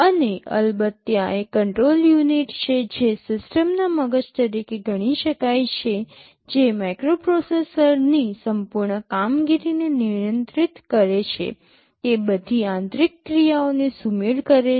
અને અલબત્ત ત્યાં એક કંટ્રોલ યુનિટ છે જે સિસ્ટમના મગજ તરીકે ગણી શકાય છે જે માઇક્રોપ્રોસેસરની સંપૂર્ણ કામગીરીને નિયંત્રિત કરે છે તે બધી આંતરિક ક્રિયાઓને સુમેળ કરે છે